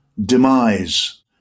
demise